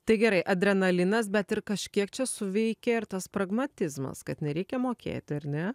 tai gerai adrenalinas bet ir kažkiek čia suveikia ir tas pragmatizmas kad nereikia mokėti ar ne